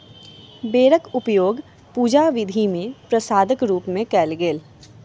बेरक उपयोग पूजा विधि मे प्रसादक रूप मे कयल गेल